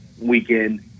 weekend